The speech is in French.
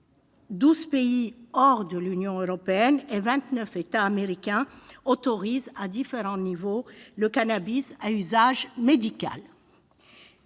pays hors de l'Union européenne et vingt-neuf États américains autorisent, à différents niveaux, le cannabis à usage médical.